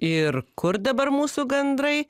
ir kur dabar mūsų gandrai